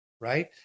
right